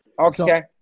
Okay